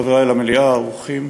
חברי למליאה, אורחים,